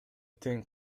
тең